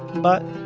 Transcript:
but,